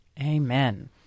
Amen